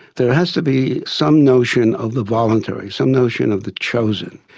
there has to be some notion of the voluntary, some notion of the chosen.